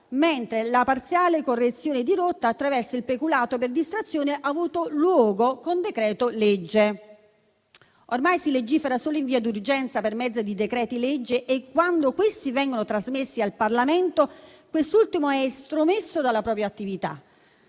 mentre la parziale correzione di rotta attraverso il peculato per distrazione ha avuto luogo con decreto-legge. Ormai si legifera solo in via d'urgenza per mezzo di decreti-legge e, quando questi vengono trasmessi al Parlamento, quest'ultimo è estromesso dalla propria attività.